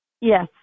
Yes